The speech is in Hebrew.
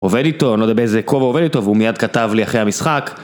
עובד איתו, אני לא יודע באיזה כובע עובד איתו, והוא מיד כתב לי אחרי המשחק.